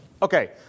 Okay